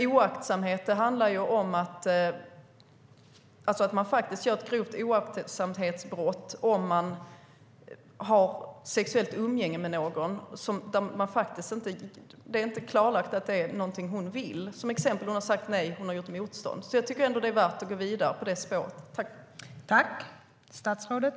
Oaktsamhet handlar om att man begår ett grovt oaktsamhetsbrott om man har sexuellt umgänge med någon om det inte är klarlagt att det är någonting hon vill, till exempel om hon har sagt nej och gjort motstånd. Jag tycker att det är värt att gå vidare på det spåret.